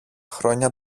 χρόνια